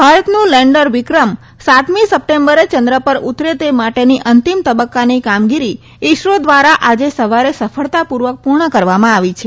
ભારતનું લેન્ડર વિક્રમ સાતમી સપ્ટેમ્બરે ચંદ્ર પર ઉતરે તે માટેની અંતિમ તબકકાની કામગીરી ઈસરો દ્વારા આજે સવારે સફળતાપુર્વક પુર્ણ કરવામાં આવી છે